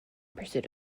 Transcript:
pursuit